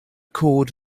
cord